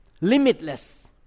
limitless